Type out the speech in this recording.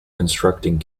constructing